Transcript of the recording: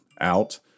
out